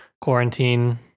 quarantine